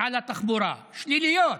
על התחבורה, שליליות,